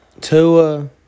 Tua